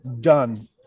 done